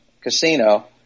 casino